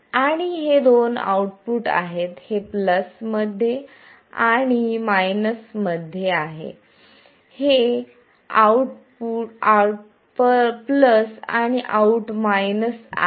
आणि हे दोन आउटपुट आहेत हे प्लस मध्ये आणि मायनस मध्ये आहे आणि हे आऊट प्लस आणि आऊट मायनस आहे